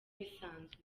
bisanzwe